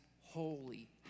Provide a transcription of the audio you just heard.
holy